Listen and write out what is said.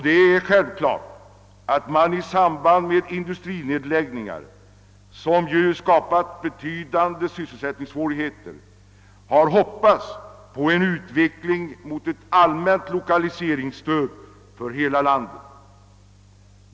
Det är självklart att man i samband med industrinedläggningar, som skapat betydande sysselsättningssvårigheter, hoppas på en utveckling mot ett allmänt lokaliseringsstöd för hela landet.